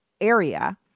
area